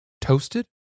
Toasted